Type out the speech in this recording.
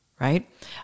right